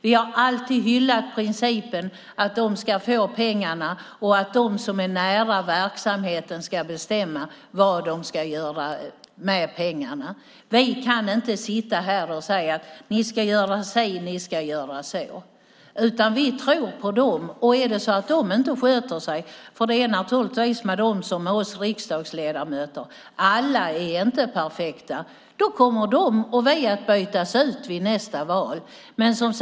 Vi har alltid hyllat principen att de ska få pengarna och att de som är nära verksamheten ska bestämma vad de ska göra med dem. Vi kan inte sitta här och säga att de ska göra si eller så. Vi tror på dem, och om de inte sköter sig - det är naturligtvis med dem på samma sätt som med riksdagsledamöter, att alla inte är perfekta - kommer de, precis som vi, att bytas ut vid nästa val.